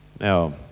Now